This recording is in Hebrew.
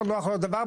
יותר נוח לו הדבר,